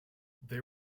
they